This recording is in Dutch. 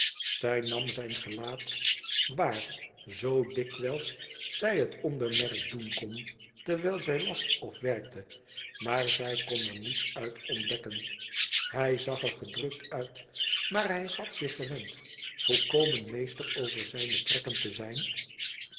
zij nam zijn gelaat waar zoo dikwijls zij het onbemerkt doen kon terwijl zij las of werkte maar zij kon er niets uit ontdekken hij zag er gedrukt uit maar hij had zich gewend volkomen meester over zijne trekken te zijn